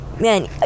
Man